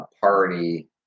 party